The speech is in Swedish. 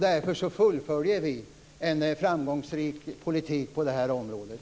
Vi fullföljer en framgångsrik politik på det här området.